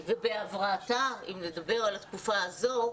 ובהבראתה אם נדבר על התקופה הזו,